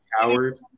coward